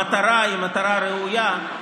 המטרה היא מטרה ראויה,